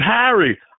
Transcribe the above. Harry